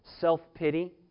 self-pity